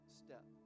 step